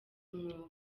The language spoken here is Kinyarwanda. umwuga